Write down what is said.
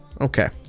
Okay